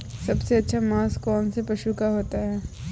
सबसे अच्छा मांस कौनसे पशु का होता है?